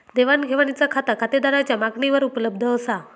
देवाण घेवाणीचा खाता खातेदाराच्या मागणीवर उपलब्ध असा